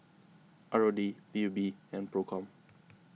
R O D P U B and Procom